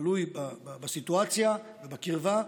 תלוי בסיטואציה ובקרבה,